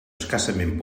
escassament